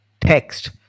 text